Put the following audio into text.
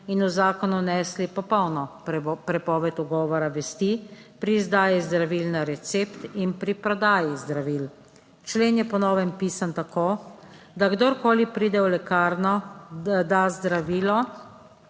in v zakon vnesli popolno prepoved ugovora vesti pri izdaji zdravil na recept in pri prodaji zdravil. Člen je po novem pisan tako, da kdorkoli pride v lekarno, da zdravilo